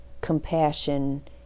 compassion